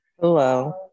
Hello